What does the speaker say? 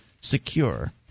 secure